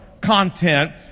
content